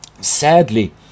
sadly